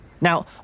Now